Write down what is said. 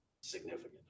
significant